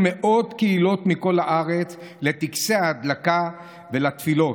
מאות קהילות מכל הארץ לטקסי ההדלקה ולתפילות.